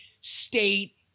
state